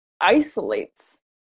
isolates